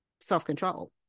self-control